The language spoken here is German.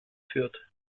führt